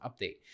update